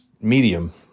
medium